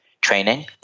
training